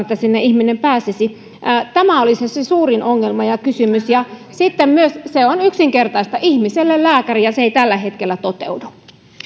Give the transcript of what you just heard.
että sinne ihminen pääsisi tämä on se suurin ongelma ja kysymys ja se on yksinkertaista ihmiselle lääkäri se ei tällä hetkellä toteudu